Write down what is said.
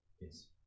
Yes